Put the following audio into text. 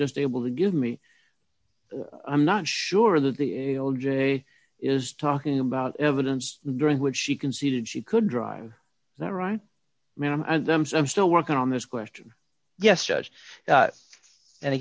just able to give me i'm not sure that the a o l j is talking about evidence during which she conceded she could drive that right ma'am and i'm so i'm still working on this question yes judge